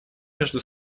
между